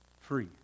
free